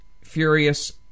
furious